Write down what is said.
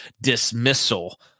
dismissal